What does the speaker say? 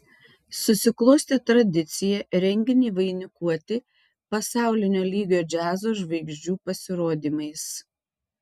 susiklostė tradicija renginį vainikuoti pasaulinio lygio džiazo žvaigždžių pasirodymais